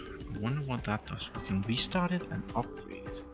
wonder what that does? we can restart it and upgrade